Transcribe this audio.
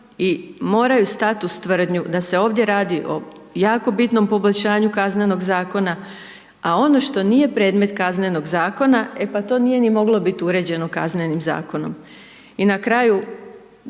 i moraju stati uz tvrdnju da se ovdje radi o jako bitnom poboljšanju kaznenog Zakona, a ono što nije predmet kaznenog Zakona, e, pa to nije ni moglo biti uređeno kaznenim Zakonom. I na kraju,